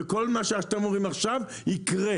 וכל מה שאתם אומרים עכשיו יקרה.